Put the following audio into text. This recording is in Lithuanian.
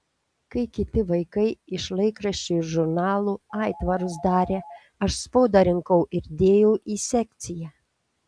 kai kiti vaikai iš laikraščių ir žurnalų aitvarus darė aš spaudą rinkau ir dėjau į sekciją